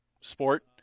sport